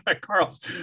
Carl's